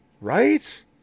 right